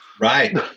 Right